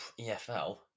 EFL